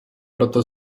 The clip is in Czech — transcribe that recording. proto